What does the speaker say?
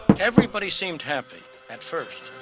everybody seemed happy at first.